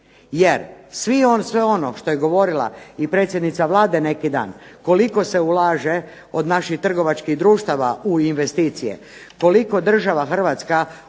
jer sve ono što je govorila i predsjednica Vlade neki dan koliko se ulaže od naših trgovačkih društava u investicije, koliko država Hrvatska ulaže